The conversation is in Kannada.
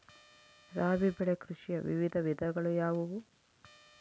ರಾಬಿ ಬೆಳೆ ಕೃಷಿಯ ವಿವಿಧ ವಿಧಗಳು ಯಾವುವು?